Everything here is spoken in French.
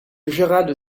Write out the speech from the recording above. gerald